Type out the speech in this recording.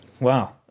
Wow